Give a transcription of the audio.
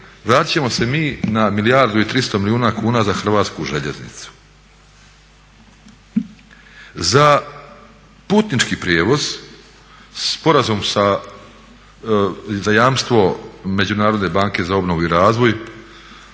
ćemo se mi na milijardu i 300 milijuna kuna za Hrvatske željeznice. Za putnički prijevoz sporazum za jamstvo Međunarodne banke za obnovu i razvoj